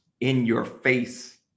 in-your-face